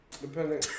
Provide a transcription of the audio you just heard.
Depending